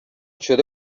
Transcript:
شده